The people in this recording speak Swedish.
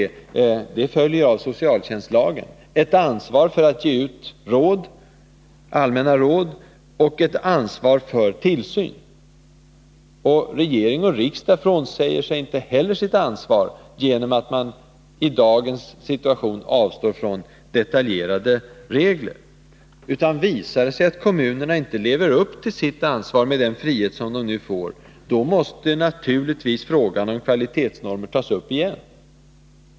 Det ansvaret följer av socialtjänstlagen— ett ansvar för att ge ut allmänna råd och ett ansvar för tillsyn. Regering och riksdag frånsäger sig inte heller sitt ansvar genom att man i dagens situation avstår från detaljerade regler. Men visar det sig att kommunerna inte lever upp till sitt ansvar med den frihet som de nu får, då måste naturligtvis frågan om kvalitetsnormer tas upp igen.